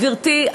גברתי,